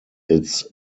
its